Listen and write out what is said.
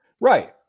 Right